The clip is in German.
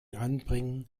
anbringen